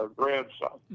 grandson